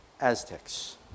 Aztecs